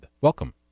Welcome